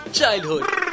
Childhood